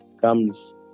comes